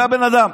זה הבן אדם.